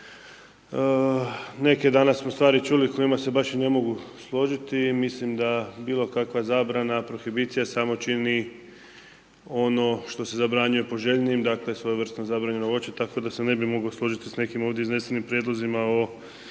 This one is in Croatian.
Neke danas smo stvari čuli s kojima se baš i ne mogu složiti i mislim da bilo kakva zabrana prohibicija samo čini ono što se zabranjuje poželjnijim, dakle svojevrsno zabranjeno voće tako da se ne bi mogao složiti s nekim ovdje iznesenim prijedlozima o